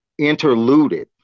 interluded